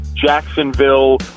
Jacksonville